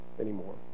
anymore